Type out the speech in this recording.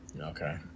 Okay